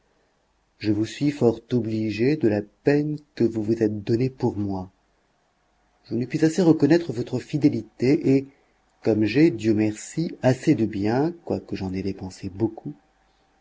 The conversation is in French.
je vous suis fort obligé de la peine que vous vous êtes donnée pour moi je ne puis assez reconnaître votre fidélité et comme j'ai dieu merci assez de biens quoique j'en aie dépensé beaucoup